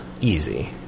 easy